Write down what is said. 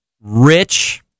rich